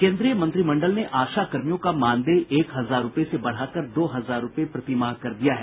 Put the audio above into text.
केन्द्रीय मंत्रिमंडल ने आशा कर्मियों का मानदेय एक हजार रूपये से बढ़ाकर दो हजार रूपये प्रतिमाह कर दिया है